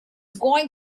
going